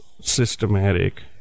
systematic